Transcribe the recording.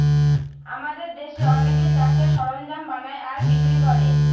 আমাদের দেশে অনেকে চাষের সরঞ্জাম বানায় আর বিক্রি করে